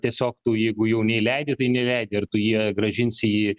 tiesiog tu jeigu jau neįleidai tai neįleidai ar tu jį grąžinsi į